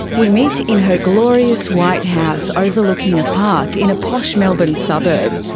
we meet in her glorious white house overlooking a park in a posh melbourne suburb.